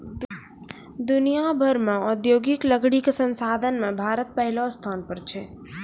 दुनिया भर मॅ औद्योगिक लकड़ी कॅ संसाधन मॅ भारत पहलो स्थान पर छै